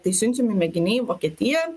tai siunčiami mėginiai į vokietiją